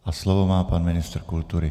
A slovo má pan ministr kultury.